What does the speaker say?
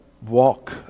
Walk